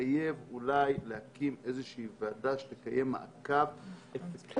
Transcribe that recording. מחייב אולי להקים איזו שהיא ועדה שתקיים מעקב אפקטיבי